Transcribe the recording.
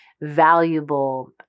valuable